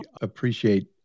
appreciate